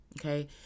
okay